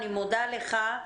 אני מודה לך.